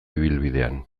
ibilbidean